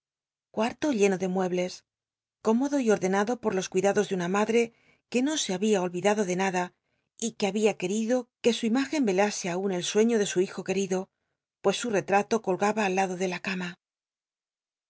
ll'to lleno de muebles cómodo y ornado por los cui lados de una madre que no se h tbia oll'idado ele nada que habia querido qoc su imü en clase aun el sueiio ele su hijo querido pues su ctralo colgaba al lado de la cama